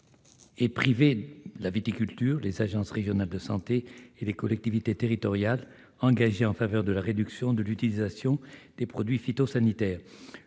et privés- la viticulture, les agences régionales de santé et les collectivités territoriales -engagés en faveur de la réduction de l'utilisation des produits phytosanitaires.